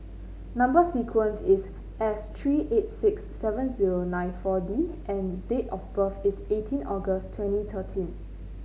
number sequence is S three eight six seven zero nine four D and date of birth is eighteen August twenty thirteen